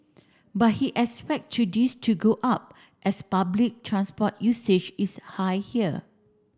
but he expect to this to go up as public transport usage is high here